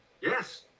yes